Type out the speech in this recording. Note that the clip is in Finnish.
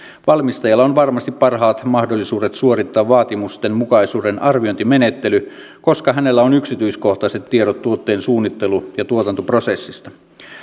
valmistajalla on varmasti parhaat mahdollisuudet suorittaa vaatimustenmukaisuuden arviointimenettely koska hänellä on yksityiskohtaiset tiedot tuotteen suunnittelu ja tuotantoprosessista